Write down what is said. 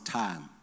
time